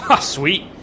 Sweet